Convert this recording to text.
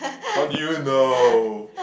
how did you know